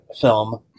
film